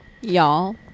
Y'all